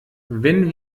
wenn